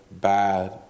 bad